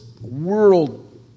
world